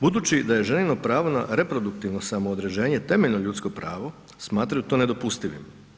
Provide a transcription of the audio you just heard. Budući da je ženino pravo na reproduktivno samoodređenje temeljno ljudsko pravo smatraju to nedopustivim.